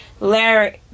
Larry